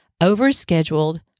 overscheduled